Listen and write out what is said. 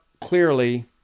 clearly